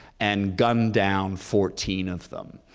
and gunned down fourteen of them.